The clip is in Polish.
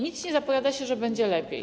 Nic nie zapowiada, że będzie lepiej.